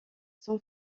son